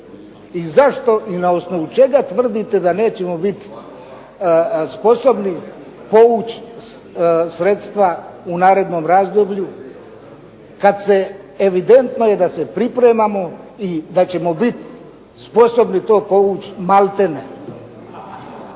i zašto i na osnovu čega tvrdite da nećemo biti sposobni povući sredstva u narednom razdoblju kad je evidentno da se pripremamo i da ćemo biti sposobni to povući maltene.